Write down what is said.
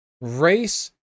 race